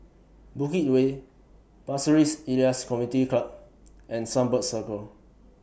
Bukit Way Pasir Ris Elias Community Club and Sunbird Circle